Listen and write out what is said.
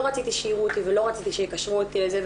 רציתי שיראו אותי ולא רציתי שיקשרו אותי לזה,